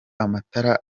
amatara